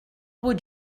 would